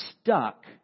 stuck